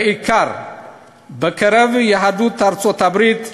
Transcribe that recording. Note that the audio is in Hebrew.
בעיקר בקרב יהדות ארצות-הברית,